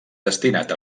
destinat